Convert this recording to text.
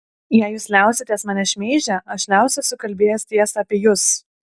jei jūs liausitės mane šmeižę aš liausiuosi kalbėjęs tiesą apie jus